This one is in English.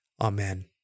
Amen